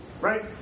Right